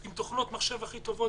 עם תוכנות מחשב הכי טובות.